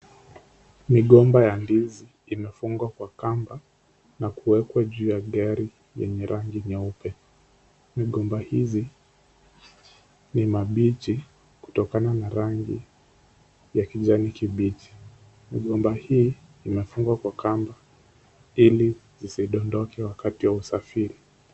Migomba ya ndizi imefungwa kwa kamba na kuwekwa juu ya gari yenye rangi nyeupe. Migomba hizi ni mabichi kutokana na rangi ya kijani kibichi. Migomba hii imefungwa kwa kamba ili isidondoke wakati wa usafiri.